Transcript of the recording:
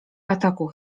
ataku